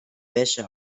wäsche